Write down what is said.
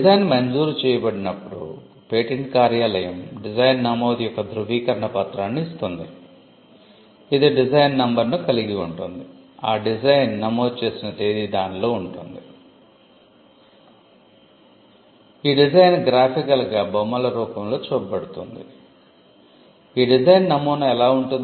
design నమోదు చేసిన తేదీ దానిలో ఉంటుంది